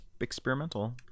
experimental